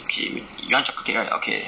okay you want chocolate cake right okay